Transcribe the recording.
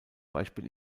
beispiel